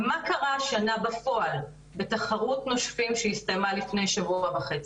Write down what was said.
ומה קרה השנה בפועל בתחרות נושפים שהסתיימה לפני שבוע וחצי?